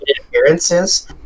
appearances